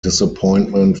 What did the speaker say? disappointment